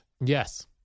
Yes